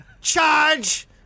charge